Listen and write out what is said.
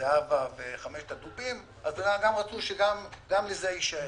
זהבה וחמשת הדובים, אז רצו שגם לזה יישאר.